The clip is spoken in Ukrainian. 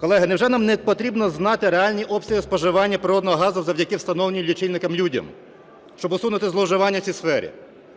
Колеги, невже нам не потрібно знати реальні обсяги споживання природного газу завдяки встановленню лічильників людям, щоб усунути зловживання в цій сфері?